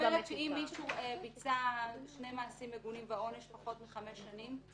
נניח מישהו ביצע שני מעשים מגונים והעונש פחות מחמש שנים?